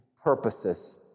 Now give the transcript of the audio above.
purposes